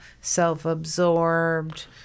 self-absorbed